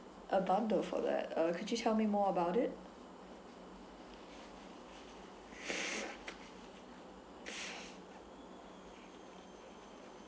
a bundle for that uh could you tell me more about it